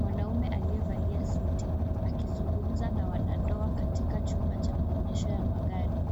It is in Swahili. Mwanaume aliyevalia suti akizungumza na wanandoa katika chumba cha maonyesho ya magari.